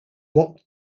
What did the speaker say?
rocked